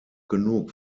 genug